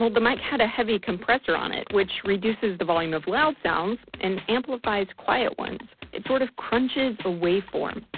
the mic had a heavy compressor on it. which reduces the volume of loud sounds and amplifies quiet ones it sort of crunches a waveform.